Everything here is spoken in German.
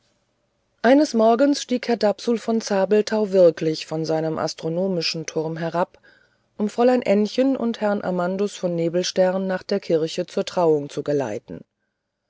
eines morgens stieg herr dapsul von zabelthau wirklich von seinem astronomischen turm herab um fräulein ännchen und herrn amandus von nebelstern nach der kirche zur trauung zu geleiten